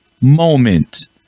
moment